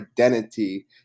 identity